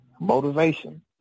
motivation